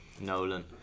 Nolan